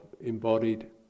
embodied